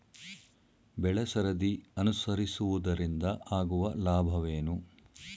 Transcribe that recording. ಬೆಳೆಸರದಿ ಅನುಸರಿಸುವುದರಿಂದ ಆಗುವ ಲಾಭವೇನು?